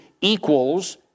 equals